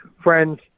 friends